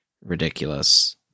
ridiculous